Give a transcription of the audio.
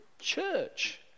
church